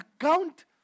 account